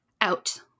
out